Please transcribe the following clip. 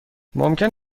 ممکن